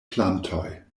plantoj